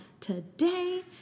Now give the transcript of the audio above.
today